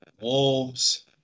Wolves